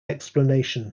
explanation